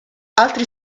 altri